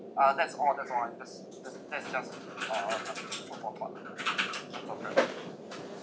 you ah that's all that's all I'm just just that is just uh food for thought